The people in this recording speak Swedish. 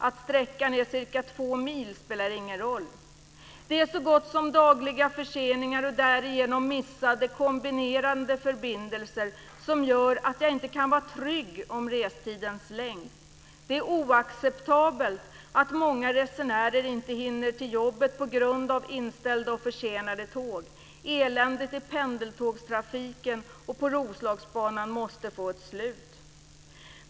Att sträckan är cirka två mil spelar ingen roll. De så gott som dagliga förseningarna och därigenom missade kombinerade förbindelser gör att jag inte kan vara trygg när det gäller restidens längd. Det är oacceptabelt att många resenärer inte hinner till jobbet i tid på grund av inställda och försenade tåg. Eländet i pendeltågstrafiken och på Roslagsbanan måste få ett slut.